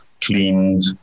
cleaned